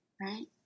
right